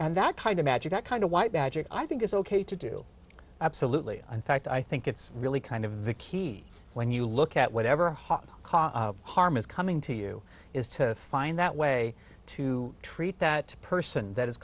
and that kind of magic that kind of white magic i think is ok to do absolutely in fact i think it's really kind of the key when you look at whatever hot cause harm is coming to you is to find that way to treat that person that is